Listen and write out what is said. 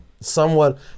somewhat